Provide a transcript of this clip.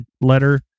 letter